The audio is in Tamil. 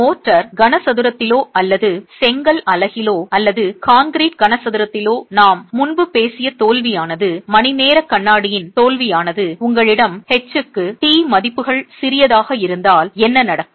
மோர்டார் கனசதுரத்திலோ அல்லது செங்கல் அலகிலோ அல்லது கான்கிரீட் கனசதுரத்திலோ நாம் முன்பு பேசிய தோல்வியானது மணிநேர கண்ணாடியின் தோல்வியானது உங்களிடம் h க்கு t மதிப்புகள் சிறியதாக இருந்தால் என்ன நடக்கும்